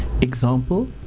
Example